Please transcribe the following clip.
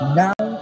now